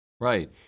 Right